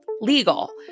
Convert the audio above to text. legal